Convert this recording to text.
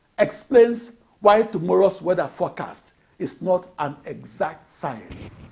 explains why tomorrow's weather forecast is not an exact science.